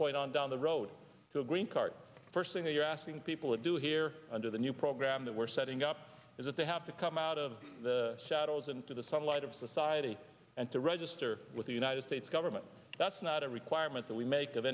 point on down the road to a green card first thing that you're asking people to do here under the new program that we're setting up is that they have to come out of the shadows into the sunlight of society and to register with the united states government that's not a requirement that we make of